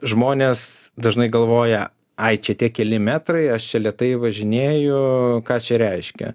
žmonės dažnai galvoja ai čia tie keli metrai aš čia lėtai važinėju ką čia reiškia